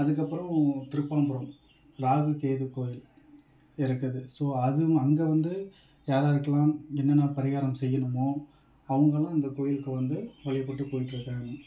அதுக்கப்புறம் திருப்பனம்புரம் ராகு கேது கோயில் இருக்குது ஸோ அது அங்கே வந்து யாராருக்கெலாம் என்னென்ன பரிகாரம் செய்யணுமோ அவங்களும் இந்த கோயிலுக்கு வந்து வழிபட்டு போய்கிட்ருக்காங்க